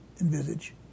envisage